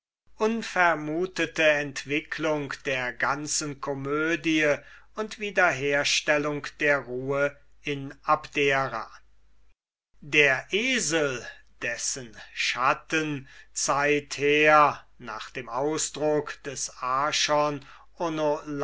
unvermutete entwicklung der ganzen komödie und wiederherstellung der ruhe in abdera der esel dessen schatten zeither nach dem ausdruck des